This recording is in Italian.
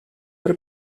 per